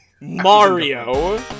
Mario